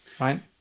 right